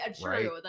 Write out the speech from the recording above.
true